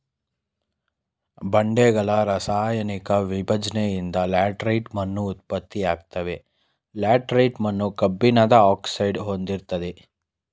ಬಂಡೆಗಳ ರಾಸಾಯನಿಕ ವಿಭಜ್ನೆಯಿಂದ ಲ್ಯಾಟರೈಟ್ ಮಣ್ಣು ಉತ್ಪತ್ತಿಯಾಗ್ತವೆ ಲ್ಯಾಟರೈಟ್ ಮಣ್ಣು ಕಬ್ಬಿಣದ ಆಕ್ಸೈಡ್ನ ಹೊಂದಿರ್ತದೆ